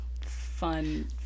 Fun